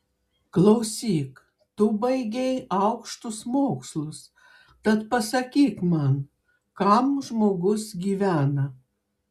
klausyk tu baigei aukštus mokslus tad pasakyk man kam žmogus gyvena